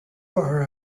are